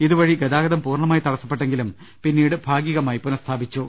ഈ വഴിയുള്ള ഗതാഗതം പുർണ്ണമായി തടസ്സപ്പെട്ടെങ്കിലും പിന്നീട് ഭാഗികമായി പുനഃസ്ഥാപിച്ചു